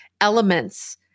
elements